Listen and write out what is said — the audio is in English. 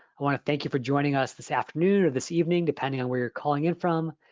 i wanna thank you for joining us this afternoon or this evening, depending on where you're calling in from.